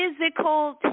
physical